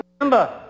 Remember